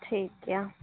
ᱴᱷᱤᱠ ᱜᱮᱭᱟ